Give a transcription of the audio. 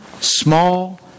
small